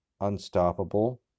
unstoppable